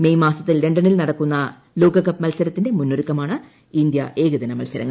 മെയ്മാസത്തിൽ ലണ്ടനിൽ നടക്കുന്ന ലോകകപ്പ് മത്സരത്തിന്റെ മുന്നൊരുക്കമാണ് ഇന്ത്യക്ക് ഏകദിന മത്സരങ്ങൾ